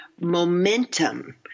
momentum